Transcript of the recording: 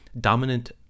dominant